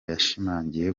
yashimangiye